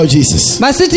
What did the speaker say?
Jesus